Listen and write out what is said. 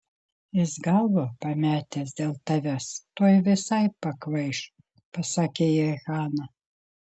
jis galvą pametęs dėl tavęs tuoj visai pakvaiš pasakė jai hana